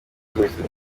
zose